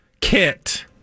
kit